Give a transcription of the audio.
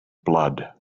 blood